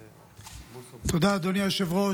תודה, אדוני היושב-ראש.